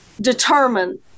Determine